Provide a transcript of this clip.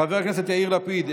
חבר הכנסת ווליד טאהא,